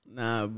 nah